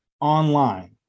online